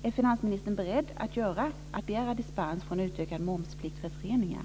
Är finansministern beredd att begära dispens från utökad momsplikt för föreningar?